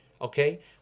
Okay